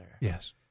Yes